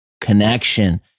connection